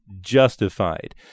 justified